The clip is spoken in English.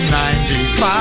95